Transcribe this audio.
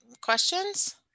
questions